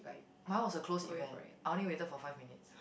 my one was a closed event I only waited for five minutes